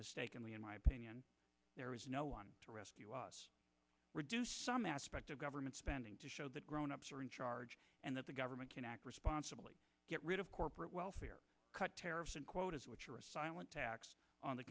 mistakenly in my opinion there is no one to rescue us some aspect of government spending to show that grown ups are in charge and that the government can act responsibly get rid of corporate welfare cut tariffs and quotas which are a silent tax on the